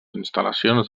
instal·lacions